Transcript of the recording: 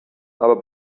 aber